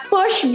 Push